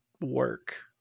work